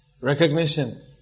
recognition